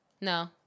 No